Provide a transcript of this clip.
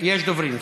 יש דוברים.